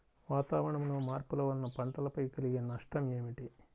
వాతావరణంలో మార్పుల వలన పంటలపై కలిగే నష్టం ఏమిటీ?